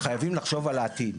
וחייבים לחשוב על העתיד.